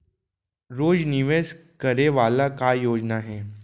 रोज निवेश करे वाला का योजना हे?